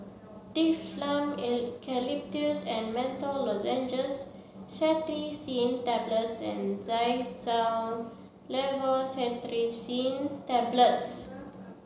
Difflam Eucalyptus and Menthol Lozenges Cetirizine Tablets and Xyzal Levocetirizine Tablets